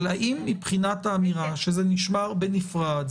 אבל האם מבחינת האמירה שזה נשמר בנפרד,